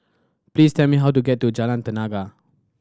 please tell me how to get to Jalan Tenaga